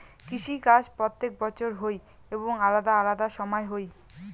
কৃষি কাজ প্রত্যেক বছর হই এবং আলাদা আলাদা সময় হই